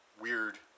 weird